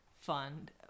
fund